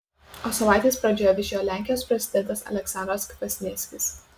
o savaitės pradžioje viešėjo lenkijos prezidentas aleksandras kvasnievskis